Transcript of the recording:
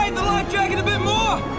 the lifejacket a bit more,